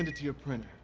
and to your printer.